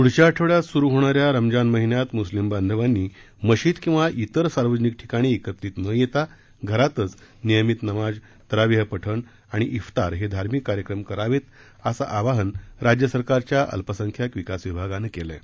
पुढच्या आठवड्यात सुरु होणाऱ्या रमजान महिन्यात मुस्लिम बांधवानी मशीद किंवा इतर सार्वजनिक ठिकाणी एकत्रित न येता घरातच नियमित नमाज तरावीह पठण आणि इफ्तार हे धार्मिक कार्यक्रम करावेत असं आवाहन राज्य सरकारच्या अल्पसंख्याक विकास विभागानं केलं आहे